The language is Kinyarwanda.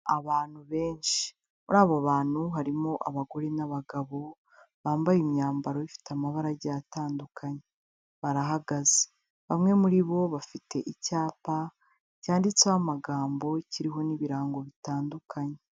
Abantu benshi muri abo bantu harimo abagore n'abagabo bambaye imyambaro ifite amabarage atandukanye barahagaze, bamwe muri bo bafite icyapa cyanditseho amagambo kiriho n'ibirango bitandukanye.